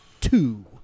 two